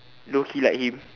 low key like him